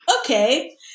okay